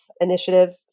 Initiative